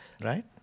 right